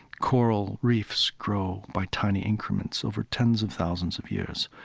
coral reefs grow by tiny increments over tens of thousands of years.